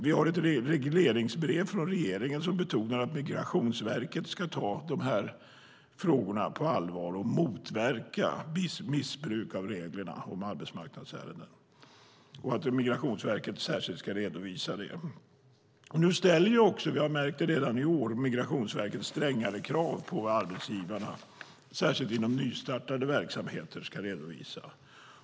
Vi har ett regleringsbrev från regeringen som betonar att Migrationsverket ska ta de här frågorna på allvar och motverka missbruk av reglerna för arbetsmarknadsärenden och att Migrationsverket särskilt ska redovisa det. Vi har redan i år märkt att Migrationsverket ställer strängare krav på vad arbetsgivarna, särskilt inom nystartade verksamheter, ska redovisa.